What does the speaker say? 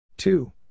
Two